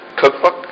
Cookbook